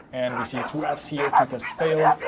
and we see two fs here. two tests failed,